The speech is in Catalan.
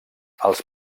els